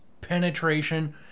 penetration